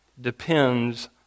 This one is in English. depends